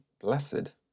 blessed